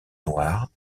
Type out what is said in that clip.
noires